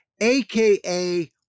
aka